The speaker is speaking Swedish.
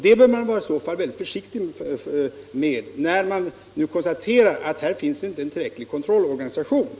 Det bör man i så fall vara mycket försiktig med sedan det konstaterats att det inte finns en kontrollorganisation som är till fyllest på detta område.